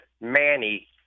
Manny